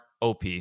OP